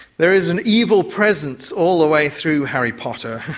there is an evil presence all the way through harry potter,